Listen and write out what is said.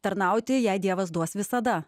tarnauti jei dievas duos visada